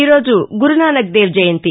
ఈ రోజు గురునాసక్ దేవ్ జయంతి